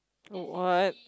oh what